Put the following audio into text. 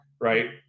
right